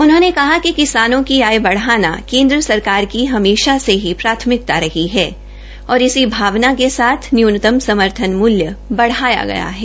उन्होंने कहा कि किसानरों की आय बढाना केन्द्र सरकार की हमेशा से ही प्राथमिकता रही है और इसी भावना के साथ न्यूनतम समर्थन मूल्य बढाया गया है